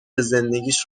زندگیش